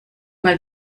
mal